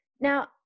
Now